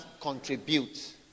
contribute